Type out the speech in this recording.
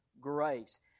grace